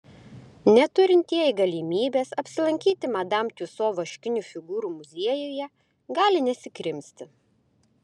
neturintieji galimybės apsilankyti madam tiuso vaškinių figūrų muziejuje gali nesikrimsti